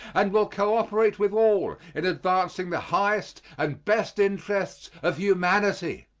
and will cooperate with all in advancing the highest and best interests of humanity.